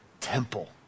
Temple